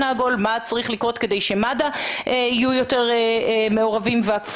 העגול לגבי מה שצריך לקרות כדי שמד"א יהיה יותר מעורב ויהוו את